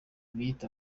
biyita